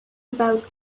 about